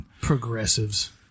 progressives